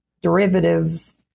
derivatives